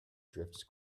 drifts